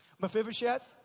Mephibosheth